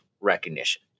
recognition